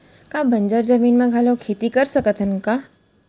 का बंजर जमीन म घलो खेती कर सकथन का?